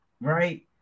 right